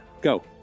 Go